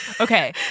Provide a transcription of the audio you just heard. Okay